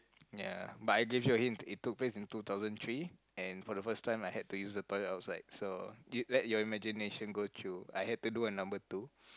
ya but I give you a hint it took place in two thousand three and for the first time I hate to use the toilet outside so let your imagination go through I had to do a number two